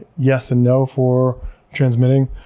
yes and no for transmitting,